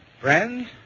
Friends